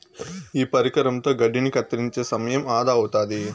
ఈ పరికరంతో గడ్డిని కత్తిరించే సమయం ఆదా అవుతాది